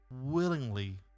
willingly